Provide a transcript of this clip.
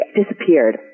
disappeared